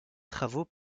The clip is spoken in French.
travaux